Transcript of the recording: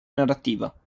narrativa